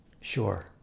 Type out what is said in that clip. Sure